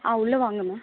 ஆ உள்ளே வாங்க மேம்